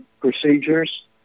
procedures